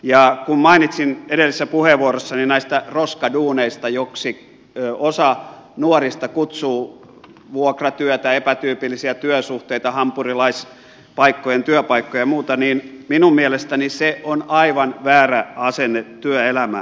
ja kun mainitsin edellisessä puheenvuorossani näistä roskaduuneista joksi osa nuorista kutsuu vuokratyötä epätyypillisiä työsuhteita hampurilaispaikkojen työpaikkoja ja muuta niin minun mielestäni se on aivan väärä asenne työelämään